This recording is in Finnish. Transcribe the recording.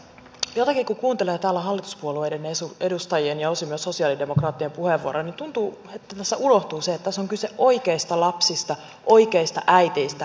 jotenkin kun kuuntelee täällä hallituspuolueiden edustajien ja osin myös sosialidemokraattien puheenvuoroja tuntuu että tässä unohtuu se että tässä on kyse oikeista lapsista oikeista äideistä oikeista isistä